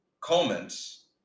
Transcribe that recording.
comments